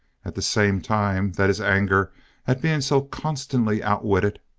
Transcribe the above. at the same time that his anger at being so constantly outwitted,